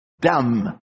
dumb